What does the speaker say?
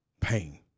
pain